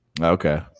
Okay